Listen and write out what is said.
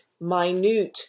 minute